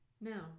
Now